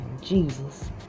Jesus